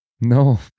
No